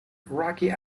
rocky